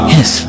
Yes